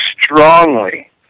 strongly